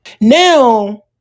now